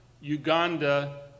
Uganda